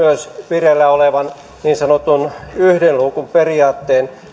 vireillä olevan niin sanotun yhden luukun periaatteen